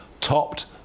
topped